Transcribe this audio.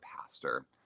pastor